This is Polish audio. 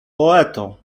poeto